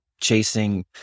chasing